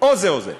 או זה או זה.